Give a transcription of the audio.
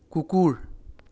কুকুৰ